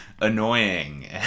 annoying